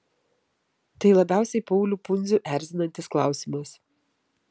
tai labiausiai paulių pundzių erzinantis klausimas